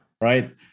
Right